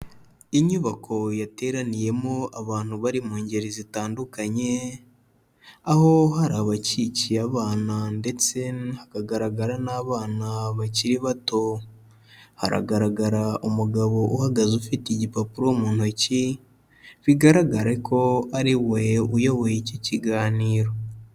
Inyubako yateraniyemo abantu bari mu ngeri zitandukanye, aho hari abakikiye abana ndetse hakagaragara n'abana bakiri bato, haragaragara umugabo uhagaze ufite igipapuro mu ntoki bigaragare ko ariwe uyoboye iki kiganiro.